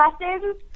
lessons